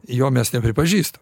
jo mes nepripažįstam